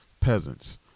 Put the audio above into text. peasants